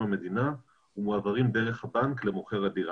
המדינה ומועברים דרך הבנק למוכר הדירה.